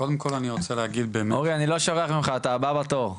קודם כל אני רוצה להגיד באמת --- אורי אני לא שוכח אתה הבא בתור,